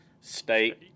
state